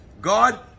God